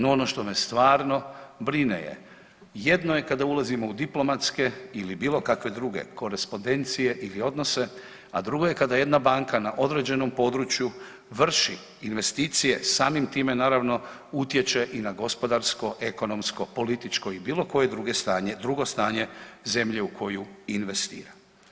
No ono što me stvarno brine je jedno je kada ulazimo u diplomatske ili bilo kakve druge korespondencije ili odnose, a drugo je kada jedna banka na određenom području vrši investicije, samim time naravno utječe i na gospodarsko, ekonomsko, političko i bilo koje drugo stanje zemlje u koju investira.